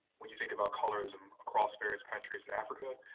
when you think about colorism across various countries in africa,